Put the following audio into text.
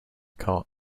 cot